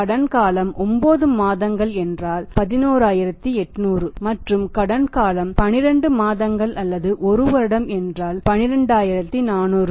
கடன் காலம் 9 மாதங்கள் என்றால் 11800 மற்றும் கடன் காலம் 12 மாதங்கள் அல்லது ஒரு வருடம் என்றால் 12400